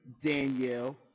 Danielle